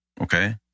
Okay